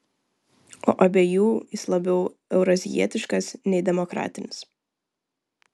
o abiejų jis labiau eurazijietiškas nei demokratinis